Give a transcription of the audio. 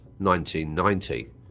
1990